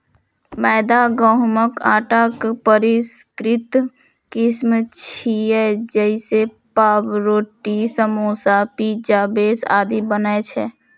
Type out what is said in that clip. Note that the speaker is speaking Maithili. मैदा गहूंमक आटाक परिष्कृत किस्म छियै, जइसे पावरोटी, समोसा, पिज्जा बेस आदि बनै छै